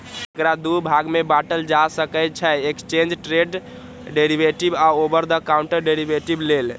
एकरा दू भाग मे बांटल जा सकै छै, एक्सचेंड ट्रेडेड डेरिवेटिव आ ओवर द काउंटर डेरेवेटिव लेल